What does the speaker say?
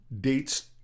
dates